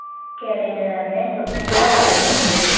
कॅलेंडरांतलें सगळें काडून उडय